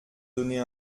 donner